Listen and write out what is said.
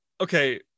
okay